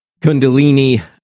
Kundalini